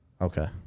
Okay